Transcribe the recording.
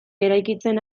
eraikitzen